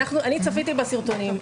אני צפיתי בסרטונים.